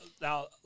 now